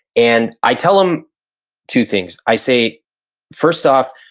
and i tell them two things. i say first off,